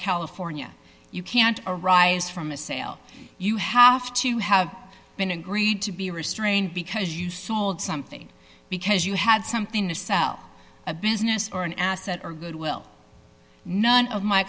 california you can't arise from a sale you have to have been agreed to be restrained because you sold something because you had something to sell a business or an asset or goodwill none of my